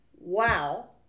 wow